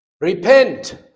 Repent